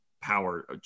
power